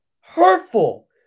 Hurtful